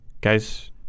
Guys